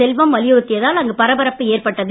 செல்வம் வலியுறுத்தியதால் அங்கு பரபரப்பு ஏற்பட்டது